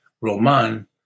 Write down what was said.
Roman